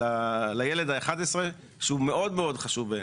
ולילד ה-11, שהוא מאוד מאוד חשוב בעיניך,